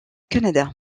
canada